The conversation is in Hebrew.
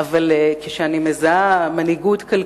אבל אני יודעת להעריך כושר מנהיגות,